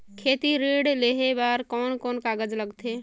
खेती ऋण लेहे बार कोन कोन कागज लगथे?